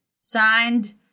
Signed